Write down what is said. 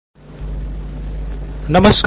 professor नमस्कार